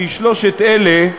כי שלושת אלה,